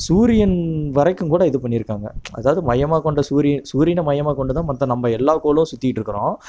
சூரியன் வரைக்குங்கூட இது பண்ணியிருக்காங்க அதாவது மையமாகக்கொண்ட சூரிய சூரியனை மையமாக்கொண்டுதான் மற்ற நம்ம எல்லா கோளும் சுத்திகிட்ருக்கறோம்